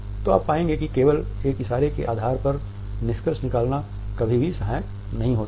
तो आप पाएंगे कि केवल एक इशारे के आधार पर निष्कर्ष निकालना कभी भी सहायक नहीं होता है